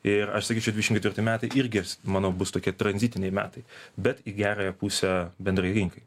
ir aš sakyčiau dvidešimt ketvirti metai irgi manau bus tokie tranzitiniai metai bet į gerąją pusę bendrai rinkai